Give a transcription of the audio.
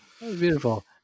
beautiful